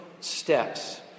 steps